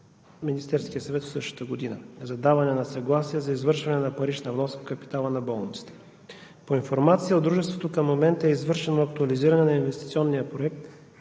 Министерския съвет от същата година за даване на съгласие за извършване на парична вноска в капитала на болницата. По информация от дружеството към момента е извършено актуализиране на инвестиционния проект